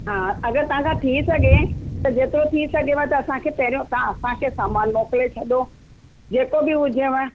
हा अगरि तव्हांखां थी सघे त जेतिरो थी सघेव त असांखे पहिरियों तां असांखे सामान मोकिले छॾो जेको बि हुजेव